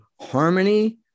harmony